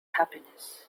happiness